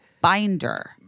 Binder